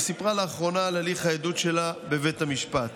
וסיפרה לאחרונה על הליך העדות שלה בבית המשפט.